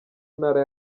ntara